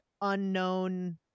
unknown